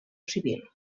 civil